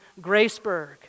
Graceburg